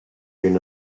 been